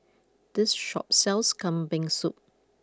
this shop sells Kambing Soup